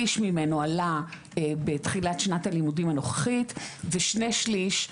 שליש ממנו עלה בתחילת שנת הלימודים הנוכחית ושני שליש,